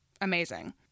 amazing